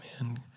man